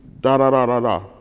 da-da-da-da-da